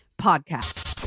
Podcast